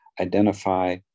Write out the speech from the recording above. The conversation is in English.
identify